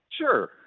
Sure